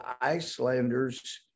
Icelanders